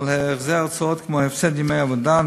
על החזר הוצאות כמו הפסד ימי עבודה,